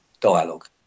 dialogue